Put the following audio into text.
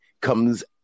comes